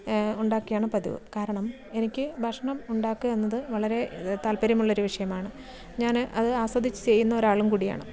ഉണ്ടാക്കിയാണ് പതിവ് കാരണം എനിക്ക് ഭക്ഷണം ഉണ്ടാക്കുക എന്നത് വളരേ താൽപ്പര്യമുള്ളൊരു വിഷയമാണ് ഞാൻ അത് ആസ്വദിച്ച് ചെയ്യുന്നൊരാളും കൂടിയാണ്